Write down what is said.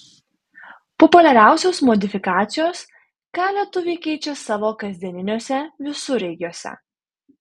populiariausios modifikacijos ką lietuviai keičia savo kasdieniniuose visureigiuose